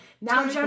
now